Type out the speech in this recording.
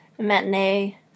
matinee